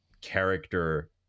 character